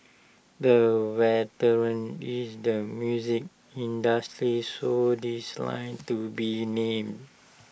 the veteran in the music industry who declined to be named